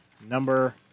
number